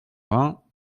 vingts